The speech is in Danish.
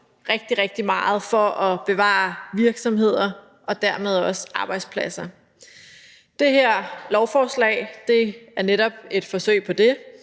rigtig, rigtig meget for at bevare virksomheder og dermed også arbejdspladser. Det her lovforslag er netop et forsøg på det.